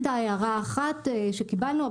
הייתה הערה אחת שקיבלנו,